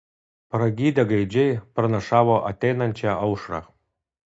pragydę gaidžiai pranašavo ateinančią aušrą